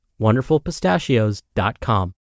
wonderfulpistachios.com